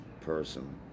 person